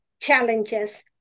challenges